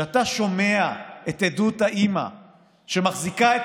אתה שומע את עדות האימא שמחזיקה את